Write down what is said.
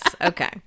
okay